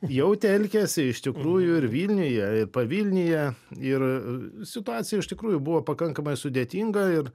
jau telkėsi iš tikrųjų ir vilniuje ir pa vilniuje ir situacija iš tikrųjų buvo pakankamai sudėtinga ir